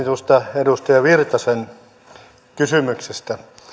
tuosta edustaja virolaisen kysymyksestä